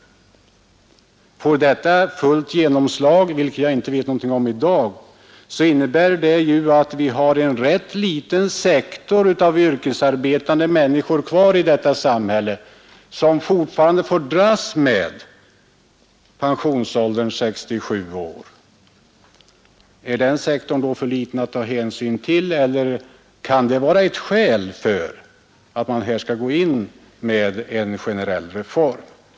Får detta fullt genomslag, vilket jag inte vet något om i dag, så innebär det att vi har en rätt liten sektor av yrkesarbetande människor kvar i detta samhälle, som fortfarande måste dras med pensionsåldern 67 år. Är den sektorn då för liten att ta hänsyn till eller kan den vara ett motiv för en generell reform?